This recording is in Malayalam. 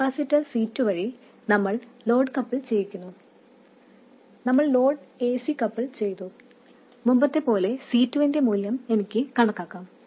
ഈ കപ്പാസിറ്റർ C2 വഴി നമ്മൾ ലോഡ് കപ്പിൾ ചെയ്യിക്കുന്നു നമ്മൾ ലോഡ് എസി കപ്പിൾ ചെയ്തു മുമ്പത്തെപ്പോലെ C2 ന്റെ മൂല്യം നമുക്ക് കണക്കാക്കാം